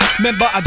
Remember